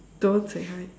don't say hi